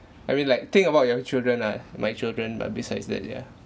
I mean like think about your children ah my children but besides that yeah